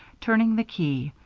turning the key.